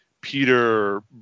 Peter